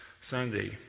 Sunday